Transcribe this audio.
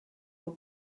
will